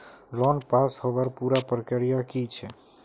Loan पास होबार पुरा प्रक्रिया की छे?